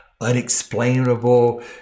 unexplainable